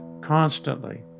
constantly